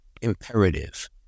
imperative